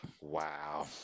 wow